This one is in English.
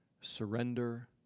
surrender